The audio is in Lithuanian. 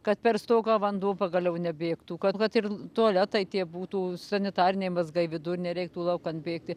kad per stogą vanduo pagaliau nebėgtų kad vat ir tualetai tie būtų sanitariniai mazgai vidui ir nereiktų laukan bėgti